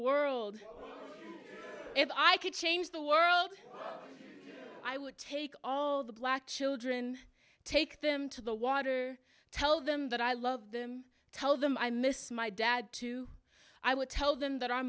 world if i could change the world i would take all the black children take them to the water tell them that i love them tell them i miss my dad too i would tell them that